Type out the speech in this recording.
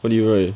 what do you write